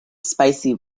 spicy